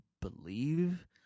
believe